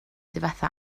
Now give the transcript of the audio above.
difetha